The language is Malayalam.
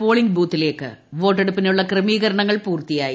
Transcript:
നാളെ ബൂത്തിലേക്ക് വോട്ടെടുപ്പിനുള്ള ക്രമീകരണങ്ങൾ പൂർത്തിയായി